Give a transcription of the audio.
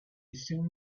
soon